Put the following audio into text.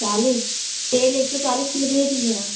चालिस तेल एक सौ चालीस में दे दीजिये न